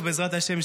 בעזרת השם,